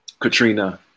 Katrina